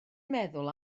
meddwl